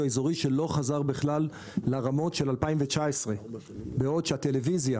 האזורי שלא חזר בכלל לרמות של 2019. ובעוד שהטלוויזיה